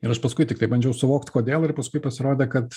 ir aš paskui tiktai bandžiau suvokt kodėl ir paskui pasirodė kad